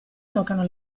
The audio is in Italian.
toccano